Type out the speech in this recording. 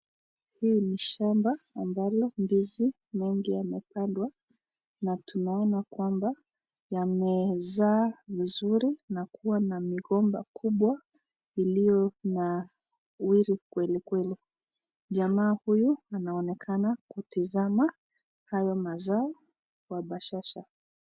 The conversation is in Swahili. Hii ni shambavambalo ndizi mingi yamepandwa, hapa tunaona kwamba yamezaa mzuri na kuwa na migomba kubwa iliyonawiri kewli kweli, jamaa huyu anaonekana kutasama hayo mazaa kwa bashasha.